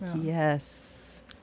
yes